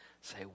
Say